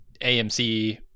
AMC